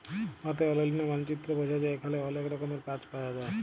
ভারতের অলন্য মালচিত্রে বঝা যায় এখালে অলেক রকমের গাছ পায়া যায়